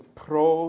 pro